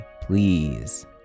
please